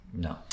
No